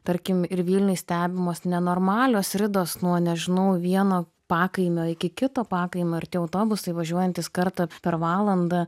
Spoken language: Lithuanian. tarkim ir vilniuj stebimos nenormalios ridos nuo nežinau vieno pakaimio iki kito pakaimio ir tie autobusai važiuojantys kartą per valandą